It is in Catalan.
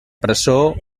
presó